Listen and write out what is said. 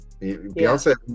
Beyonce